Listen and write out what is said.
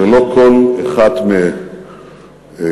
ולא כל אחת מהצעותיו